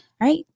Right